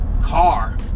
car